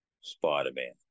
Spider-Man